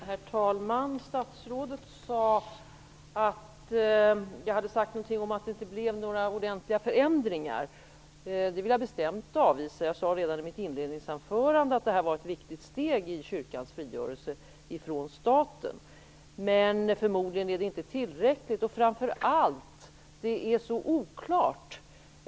Herr talman! Statsrådet sade någonting om att jag skulle ha sagt att det inte blev några ordentliga förändringar. Det vill jag bestämt avvisa. Jag sade redan i mitt inledningsanförande att detta var ett viktigt steg i kyrkans frigörelse från staten men att det förmodligen inte var tillräckligt. Framför allt är det så oklart.